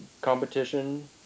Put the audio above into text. competition